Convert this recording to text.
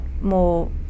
more